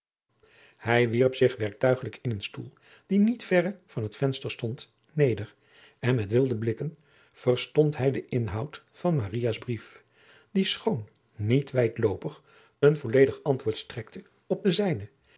hij wierp zich werktuigelijk in een stoel die niet verre van het venster stond neder en met wilde blikken verstond hij den inhoud van maria's brief die schoon niet wijdloopig een volledig antwoord strekte op den zijnen